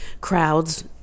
crowds